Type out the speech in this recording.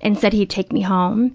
and said he'd take me home,